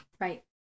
Right